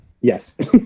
Yes